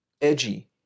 edgy